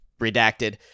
redacted